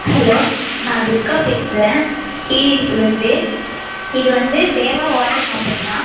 hello நான் துர்கா பேசுகிறேன் கீழிடுப்புலிருந்து இது வந்து தேவா வாட்டர் கம்பனியா